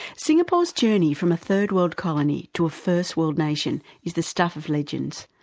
singapore's journey from a third world colony to a first world nation, is the stuff of legends,